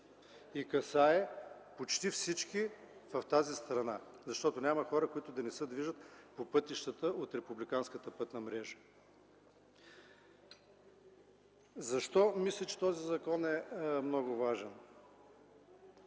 То касае почти всички в тази страна, защото няма хора, които да не се движат по пътищата от републиканската пътна мрежа. Защо мисля, че този закон е много важен?